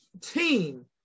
team